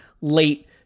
late